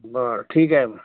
बरं ठीक आहे मग